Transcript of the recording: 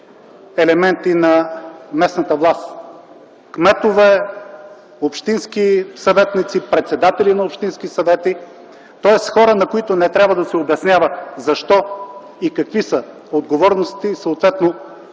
елементи на местната власт – кметове, общински съветници, председатели на общински съвети. Тоест хора, на които не трябва да се обяснява защо и какви са отговорностите и съответно